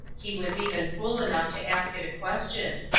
he was even fool enough to ask it a question.